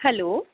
hello